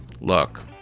Look